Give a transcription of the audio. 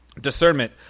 Discernment